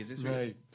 Right